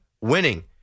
winning